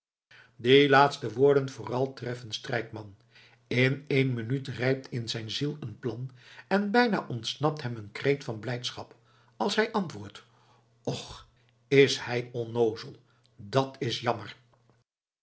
die laatste woorden vral treffen strijkman in één minuut rijpt in zijn ziel een plan en bijna ontsnapt hem een kreet van blijdschap als hij antwoordt och is hij onnoozel dat is jammer